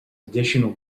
additional